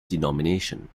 denomination